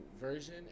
version